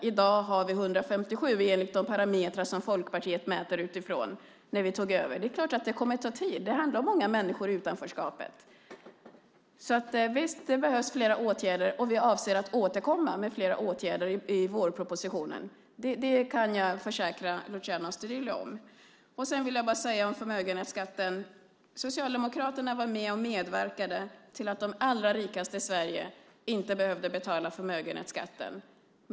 I dag har vi 157 enligt de parametrar som Folkpartiet mäter utifrån när vi tog över. Det kommer att ta tid. Det handlar om många människor i utanförskapet. Visst behövs flera åtgärder. Vi avser att återkomma med flera åtgärder i vårpropositionen. Det kan jag försäkra Luciano Astudillo. Sedan vill jag säga något om förmögenhetsskatten. Socialdemokraterna var med och medverkade till att de allra rikaste i Sverige inte behövde betala förmögenhetsskatten.